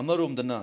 ꯑꯃꯔꯣꯝꯗꯅ